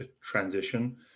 transition